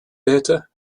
theater